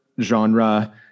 genre